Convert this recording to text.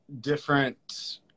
different